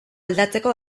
aldatzeko